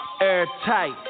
Airtight